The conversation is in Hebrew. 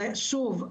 שוב,